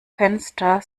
fenster